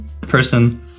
person